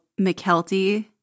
McKelty